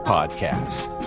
Podcast